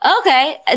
Okay